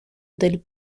del